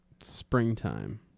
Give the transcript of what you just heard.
springtime